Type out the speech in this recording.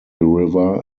river